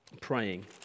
praying